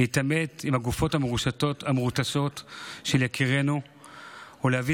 להתעמת עם הגופות המרוטשות של יקירינו ולהביא